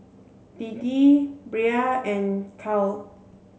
Deedee Brea and Cal